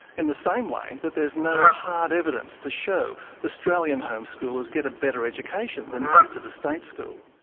in the same way that there's no hard evidence to show australian homeschoolers get a better education than kids at a state school.